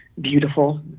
beautiful